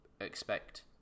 expect